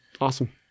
Awesome